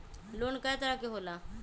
Loan कय तरह के होला?